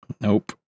Nope